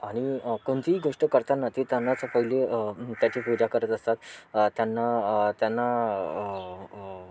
आणि कोणतीही गोष्ट करताना ते त्यांनाच पहिली त्याची पूजा करत असतात त्यांना त्यांना